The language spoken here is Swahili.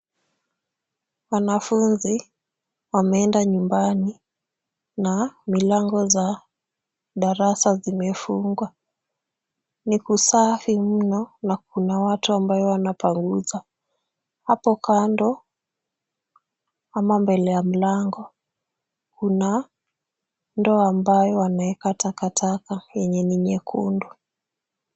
Wanafunzi wameenda nyumbani na milango za darasa zimefungwa, ni kusafi mno na kuna watu ambao wanapanguza. Hapo kando ama mbele ya mlango kuna ndoo ambayo ameeka takataka yenye nyekundu.